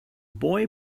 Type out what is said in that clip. boy